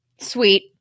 Sweet